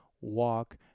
walk